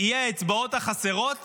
יהיה האצבעות החסרות